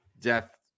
death